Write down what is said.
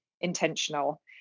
intentional